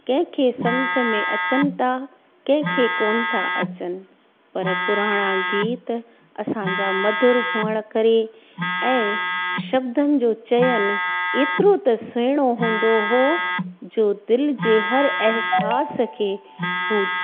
कंहिंखे सम्झ में अचनि ता कंहिंखे कोनि था अचनि पर पुराणा गीत असांजा मदर हुजण करे ऐं शब्दनि जो चयनि एतिरो त सुहिणो हूंदो हुओ जो दिलि जे हर अहसासु खे उहो